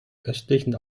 östlichen